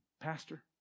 Pastor